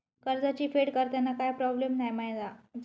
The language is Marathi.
कर्जाची फेड करताना काय प्रोब्लेम नाय मा जा?